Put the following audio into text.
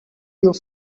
you